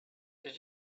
did